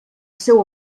seu